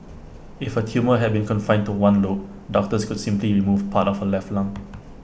if her tumour had been confined to one lobe doctors could simply remove part of her left lung